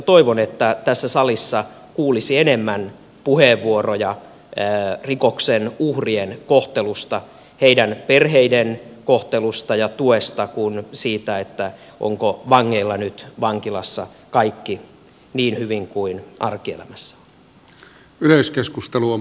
toivon että tässä salissa kuulisi enemmän puheenvuoroja rikoksen uhrien kohtelusta heidän perheittensä kohtelusta ja tuesta kuin siitä onko vangeilla nyt vankilassa kaikki niin hyvin kuin arkielämässä